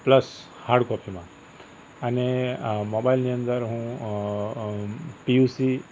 plus hard કોપીમાં અને મોબાઈલની અંદર હું પી યુ સી